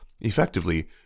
effectively